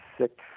six